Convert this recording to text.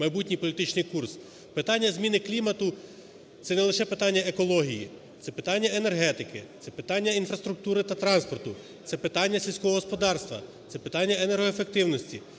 майбутній політичний курс. Питання зміни клімату – це не лише питання екології. Це питання енергетики, це питання інфраструктури та транспорту, це питання сільського господарства, це питання енергоефективності,